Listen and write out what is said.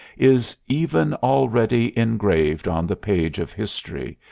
is even already engraved on the page of history,